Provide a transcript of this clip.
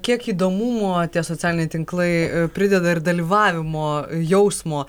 kiek įdomumo tie socialiniai tinklai prideda ir dalyvavimo jausmo